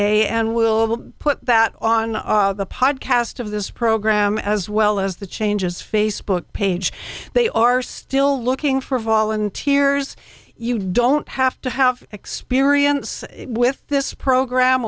ca and we'll put that on the podcast of this program as well as the changes facebook page they are still looking for volunteers you don't have to have experience with this program